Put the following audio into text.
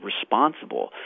responsible